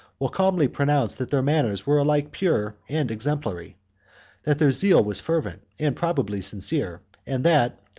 will calmly pronounce that their manners were alike pure and exemplary that their zeal was fervent, and probably sincere and that,